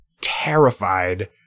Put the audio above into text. terrified